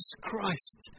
Christ